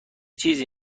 چیزی